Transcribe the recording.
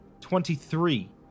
Twenty-three